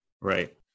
Right